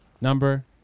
number